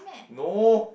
no